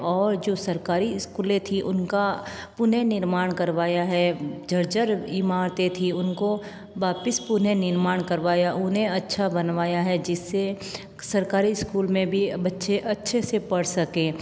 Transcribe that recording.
और जो सरकारी इस्कूलें थी उनका पुनः निर्माण करवाया है जर्जर इमारतें थीं उनको वापस पुनः निर्माण करवाया उन्हें अच्छा बनवाया है जिससे सरकारी स्कूल में भी बच्चे अच्छे से पढ़ सकें